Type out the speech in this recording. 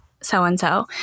so-and-so